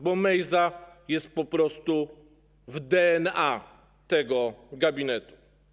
Bo Mejza jest po prostu w DNA tego gabinetu.